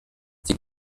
sie